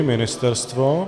Ministerstvo?